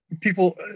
people